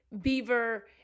Beaver